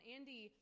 Andy